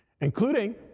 including